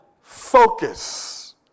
focus